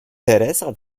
teresa